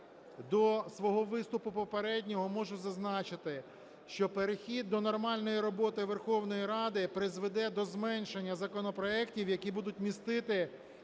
до свого виступу попереднього, можу зазначити, що перехід до нормальної роботи Верховної Ради призведе до зменшення законопроектів, які будуть містити